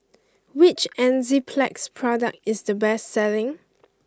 which Enzyplex product is the best selling